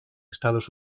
estados